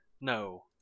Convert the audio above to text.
No